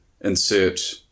Insert